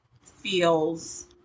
feels